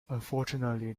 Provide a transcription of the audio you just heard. unfortunately